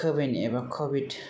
क विन एबा कविद